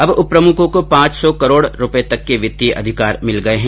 अब उप प्रमुखों को पांच सौ करोड़ रुपये तक के वित्तीय अधिकार मिल गए हैं